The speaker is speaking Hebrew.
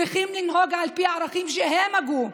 צריכים לנהוג על פי הערכים שהם הגו.